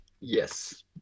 Yes